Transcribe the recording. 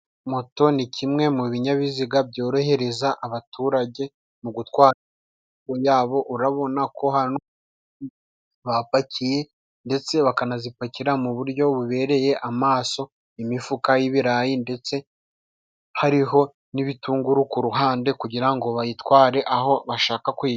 Moto ni kimwe mu binyabiziga byorohereza abaturage mu gutwara imizigo yabo. Urabona ko hano bapakiye ndetse bakanayipakira mu buryo bubereye amaso, imifuka y'ibirayi ndetse hariho n'ibitunguru ku ruhande, kugira ngo bayitware aho bashaka kuyijyana.